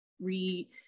re